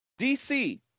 DC